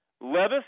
Levis